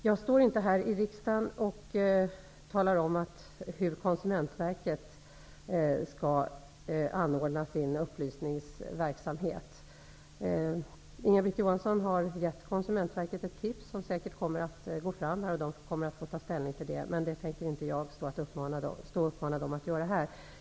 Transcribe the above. Jag kan inte stå här i riksdagen och tala om hur Konsumentverket skall bedriva sin upplysningsverksamhet. Inga-Britt Johansson har nu gett Konsumentverket ett tips, som säkerligen kommer att gå fram. Man får i Konsumentverket ta ställning till det förslaget, men jag kan inte stå här och och ge uppmaningar till Konsumentverket.